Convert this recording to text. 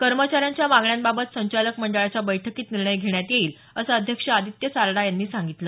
कर्मचाऱ्यांच्या मागण्याबाबत संचालक मंडळाच्या बैठकीत निर्णय घेण्यात येईल असं अध्यक्ष आदित्य सारडा यांनी सांगितल